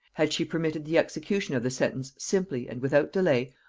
had she permitted the execution of the sentence simply, and without delay,